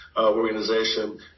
organization